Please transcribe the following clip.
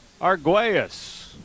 Arguez